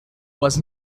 was